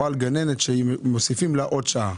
או מוסיפים לגננת עוד שעה.